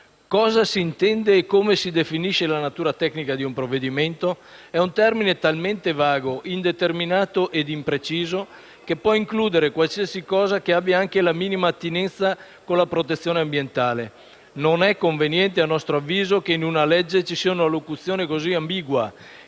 Cosa si intende e come si definisce la natura tecnica di un provvedimento? È un termine talmente vago, indeterminato ed impreciso che può includere qualsiasi cosa che abbia anche la minima attinenza con la protezione ambientale. Non è conveniente, a nostro avviso, che in una legge ci sia una locuzione così ambigua